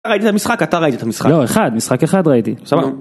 אתה ראית את המשחק? אתה ראית את המשחק. לא אחד, משחק אחד ראיתי. סבבה.